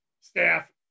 staff